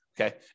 okay